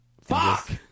Fuck